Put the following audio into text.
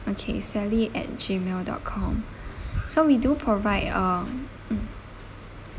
okay sally at G mail dot com so we do provide um mm